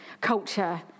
culture